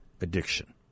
addiction